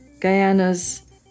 Guyana's